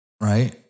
right